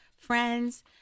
friends